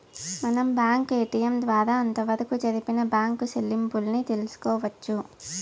మనం bank ATM ద్వారా అంతవరకు జరిపిన బ్యాంకు సెల్లింపుల్ని తెలుసుకోవచ్చు